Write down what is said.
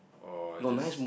or just